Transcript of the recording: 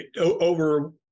over